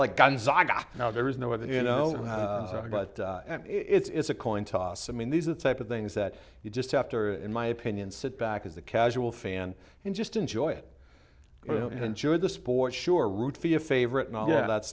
like gonzaga now there is no other you know but it's a coin toss i mean these are the type of things that you just after in my opinion sit back as a casual fan and just enjoy it and enjoy the sport sure root for your favorite and all that